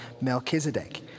melchizedek